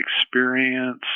experience